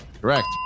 Correct